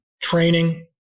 training